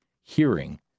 hearing